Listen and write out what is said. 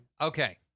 Okay